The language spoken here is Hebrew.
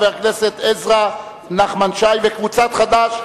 הסתייגות של חברי הכנסת עזרא ונחמן שי וקבוצת חד"ש.